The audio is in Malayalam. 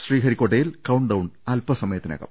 ശ്രീഹരിക്കോട്ടയിൽ കൌണ്ട് ഡൌൺ അല്പ സമയത്തിനകം